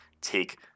take